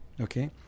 Okay